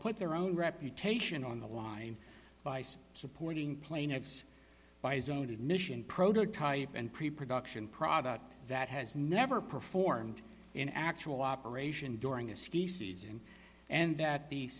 put their own reputation on the line by supporting plaintiffs by his own admission prototype and preproduction product that has never performed in actual operation during a ski season and that the